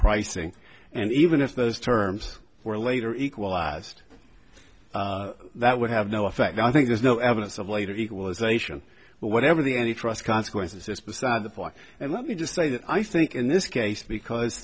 pricing and even if those terms were later equalized that would have no effect i think there's no evidence of later equalization but whatever the any trust consequences this beside the point and let me just say that i think in this case because